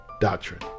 doctrine